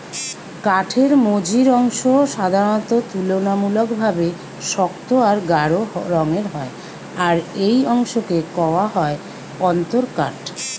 কাঠের মঝির অংশ সাধারণত তুলনামূলকভাবে শক্ত আর গাঢ় রঙের হয় আর এই অংশকে কওয়া হয় অন্তরকাঠ